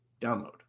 download